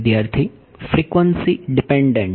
વિદ્યાર્થી frequency dependent